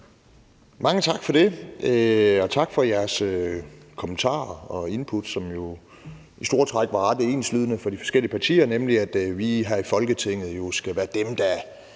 Mange tak for det, og tak for jeres kommentarer og indput, som jo i store træk var ret enslydende fra de forskellige partier, nemlig at vi jo her i Folketinget skal være dem, der